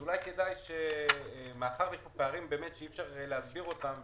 אולי כדאי מאחר שאלה פערים שאי אפשר להסביר אותם,